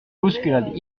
bousculade